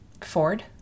ford